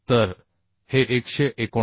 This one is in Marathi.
तर हे 179